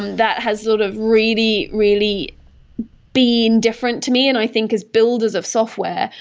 that has sort of really, really been different to me. and i think as builders of software,